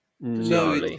No